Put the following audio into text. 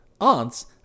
aunts